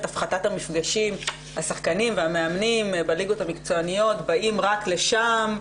הפחתת המפגשים השחקנים והמאמנים בליגות המקצועניות באים רק לשם,